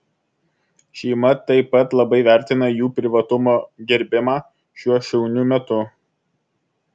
šeima taip pat labai vertina jų privatumo gerbimą šiuo šauniu metu